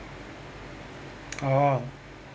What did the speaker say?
orh